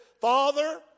Father